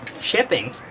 Shipping